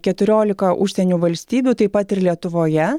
keturiolika užsienio valstybių taip pat ir lietuvoje